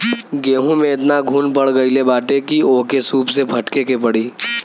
गेंहू में एतना घुन पड़ गईल बाटे की ओके सूप से फटके के पड़ी